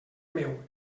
meu